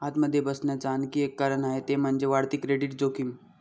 आत मध्ये बघण्याच आणखी एक कारण आहे ते म्हणजे, वाढती क्रेडिट जोखीम